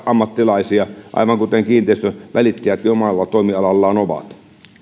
ammattilaisia aivan kuten kiinteistönvälittäjätkin omalla toimialallaan ovat